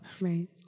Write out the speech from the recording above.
Right